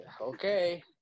okay